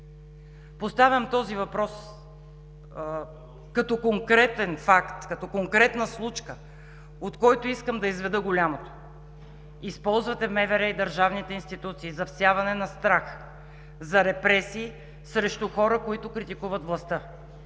Поставям този въпрос като конкретен факт, като конкретна случка, от които искам да изведа голямото – използвате Министерството на вътрешните работи и държавните институции за всяване на страх, за репресии срещу хора, които критикуват властта.